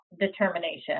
determination